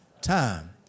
time